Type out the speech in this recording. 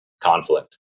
conflict